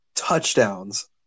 touchdowns